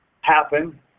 happen